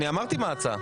אני אמרתי מה ההצעה.